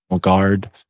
guard